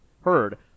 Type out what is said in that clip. heard